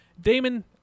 Damon